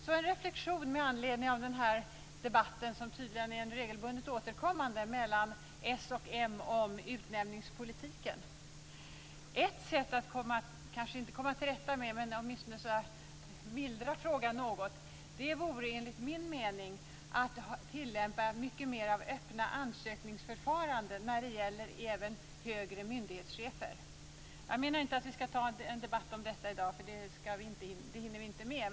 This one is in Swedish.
Så en reflexion med anledning av debatten som tydligen är regelbundet återkommande mellan s och m om utnämningspolitiken. Ett sätt att kanske inte komma till rätta med men åtminstone mildra frågan något vore enligt min mening att tillämpa mycket mer av öppna ansökningsförfaranden när det gäller även högre myndighetschefer. Jag menar inte att vi ska ta en debatt om det i dag för det hinner vi inte med.